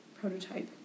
prototype